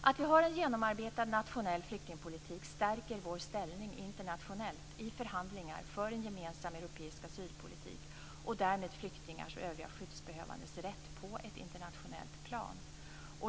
Att vi har en genomarbetad nationell flyktingpolitik stärker vår ställning internationellt i förhandlingar för en gemensam europeisk asylpolitik och därmed flyktingars och övriga skyddsbehövandes rätt på ett internationellt plan.